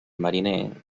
mariner